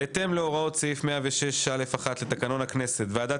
בהתאם להוראות סעיף 106א(1) לתקנון הכנסת הוועדה